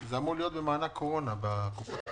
-- זה אמור להיות במענק קורונה, בקופת קורונה.